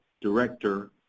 director